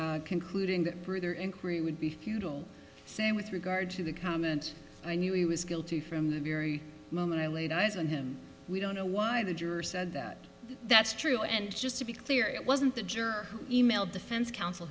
inquiry would be futile say with regard to the comment i knew he was guilty from the very moment i laid eyes on him we don't know why the juror said that that's true and just to be clear it wasn't the juror who e mailed defense counsel